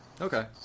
Okay